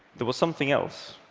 there was something else.